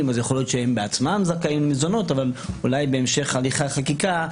ויכול להיות שהם בעצמם זכאים למזונות אבל אולי בהמשך הליכי החקיקה,